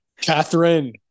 Catherine